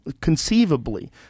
conceivably